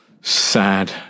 sad